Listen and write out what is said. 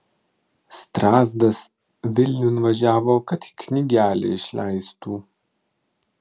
strazdas vilniun važiavo kad knygelę išleistų